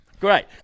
Great